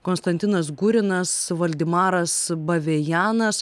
konstantinas gurinas valdemaras bavejanas